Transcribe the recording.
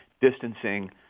distancing